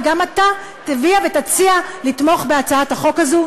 וגם אתה תגיע ותציע לתמוך בהצעת החוק הזאת.